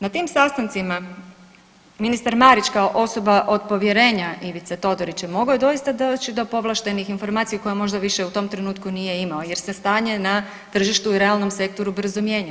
Na tim sastancima ministar Marić kao osoba od povjerenja Ivice Todorića mogao je doista doći do povlaštenih informacija koje možda više u tom trenutku nije imao jer se stanje na tržištu i realnom sektoru brzo mijenja.